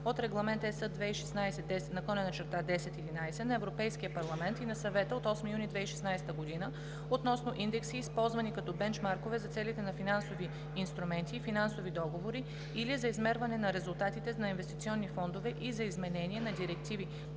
от Регламент (ЕС) 2016/1011 на Европейския парламент и на Съвета от 8 юни 2016 година относно индекси, използвани като бенчмаркове за целите на финансови инструменти и финансови договори или за измерване на резултатите на инвестиционни фондове, и за изменение на директиви